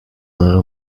were